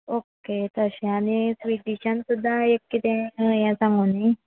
okay तशें आनी स्विटडिशान सुद्दां एक किदें हें सांगू न्ही